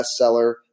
bestseller